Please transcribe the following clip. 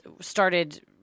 started